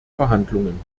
verhandlungen